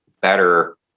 better